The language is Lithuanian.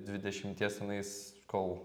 dvidešimties tenais kol